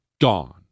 gone